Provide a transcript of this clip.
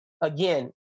again